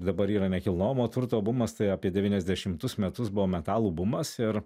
dabar yra nekilnojamo turto bumas tai apie devyniasdešimtus metus buvo metalų bumas ir